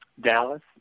Dallas